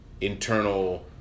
internal